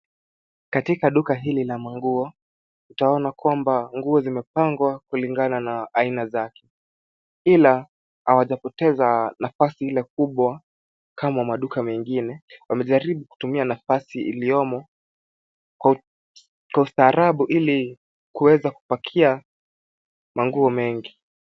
Katika duka hili la manguo twaona kwamba nguo zimepangwa kulingana na aina zake. Ila hawajapoteza nafasi ile kubwa kama maduka mengine. Wamejaribu kutumia nafasi iliyomo kwa ustaarabu ili kuweza kupakia manguo mengi.